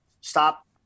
Stop